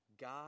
God